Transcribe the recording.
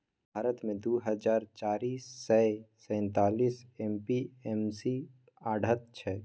भारत मे दु हजार चारि सय सैंतालीस ए.पी.एम.सी आढ़त छै